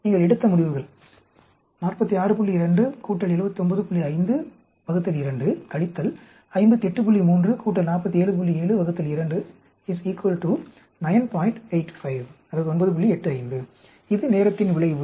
நீங்கள் எடுத்த முடிவுகள் இது நேரத்தின் விளைவு